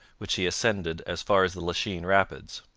which he ascended as far as the lachine rapids.